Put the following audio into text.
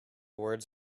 words